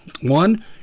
One